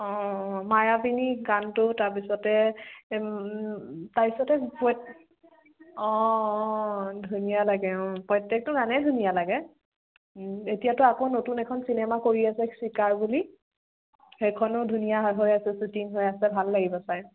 অঁ মায়াবিনী গানটো তাৰপিছতে তাৰপিছতে অঁ অঁ ধুনীয়া লাগে অঁ প্ৰত্যেকটো গানেই ধুনীয়া লাগে এতিয়াতো আকৌ নতুন এখন চিনেমা কৰি আছে চিকাৰ বুলি সেইখনো ধুনীয়া হৈ আছে শ্বুটিং হৈ আছে ভাল লাগিব চাই